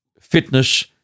fitness